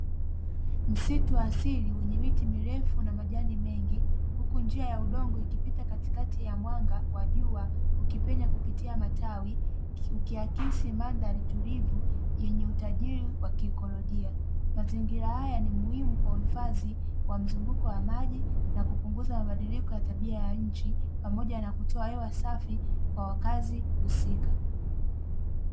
Msitu wa asili wenye miti mirefu na majani mengi huku njia ya udongo ikipita katikati ya mwanga wa jua ukipenya kupitia matawi ikiaksi mandhari tulivu yenye utajiri wa kiikolojia. Mazingira haya ni muhimu wa kuhifadhi wa mfumo wa maji na kupunguza mabadiliko ya tabia ya nchi pmoja na kutoa hewa safi kwa wakazi husika.